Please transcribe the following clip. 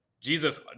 Jesus